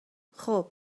خوب